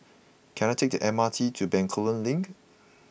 can I take the M R T to Bencoolen Link